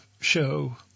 show